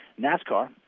NASCAR